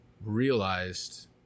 realized